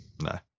no